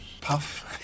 puff